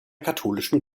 katholischen